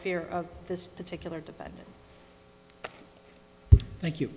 fear of this particular defendant thank you